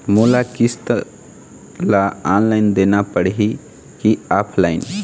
मोला किस्त ला ऑनलाइन देना पड़ही की ऑफलाइन?